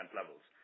levels